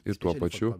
ir tuo pačiu